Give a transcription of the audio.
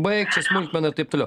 baik čia smulkmena ir taip toliau